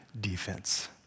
defense